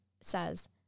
says